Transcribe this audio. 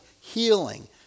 healing